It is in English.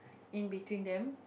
in between them